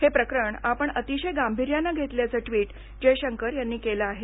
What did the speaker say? हे प्रकरण आपण अतिशय गांभीर्यानं घेतल्याचं ट्विट जयशंकर यांनी केलं आहे